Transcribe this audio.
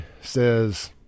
says